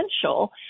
essential